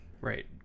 Right